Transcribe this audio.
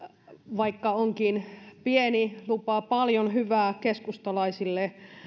vaikka onkin pieni lupaa paljon hyvää keskustalaisille